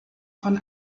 von